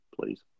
please